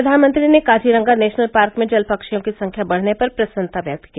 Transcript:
प्रधानमंत्री ने Kaziranga national park में जल पक्षियों की संख्या बढ़ने पर प्रसन्नता व्यक्त की